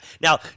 Now